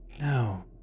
No